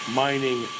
mining